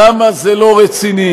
כמה זה לא רציני.